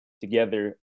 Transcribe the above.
together